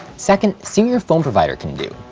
second, see what your phone provider can do.